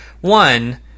one